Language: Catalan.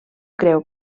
creu